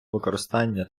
використання